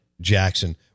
Jackson